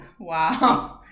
Wow